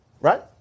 right